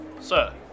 Sir